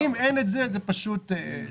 אם אין את זה, זה פשוט טירוף.